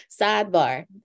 sidebar